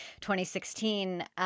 2016